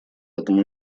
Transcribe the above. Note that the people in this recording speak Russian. этому